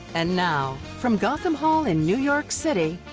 and now from gotham hall in new york city.